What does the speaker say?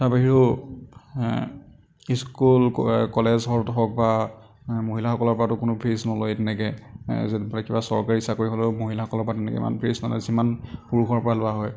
তাৰ বাহিৰেও স্কুল কলেজত হওক বা মহিলাসকলৰ পৰাতো কোনো ফিজ নলয়েই তেনেকৈ কিবা চৰকাৰী চাকৰি হ'লেও মহিলাসকলৰ পৰা তেনেকৈ ইমান ফিচ নলয় যিমান পুৰুষৰ পৰা লোৱা হয়